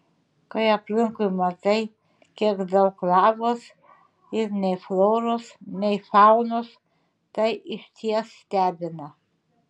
kai aplinkui matai kiek daug lavos ir nei floros nei faunos tai išties stebina